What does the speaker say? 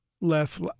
left